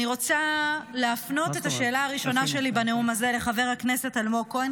אני רוצה להפנות את השאלה הראשונה שלי בנאום הזה לחבר הכנסת אלמוג כהן,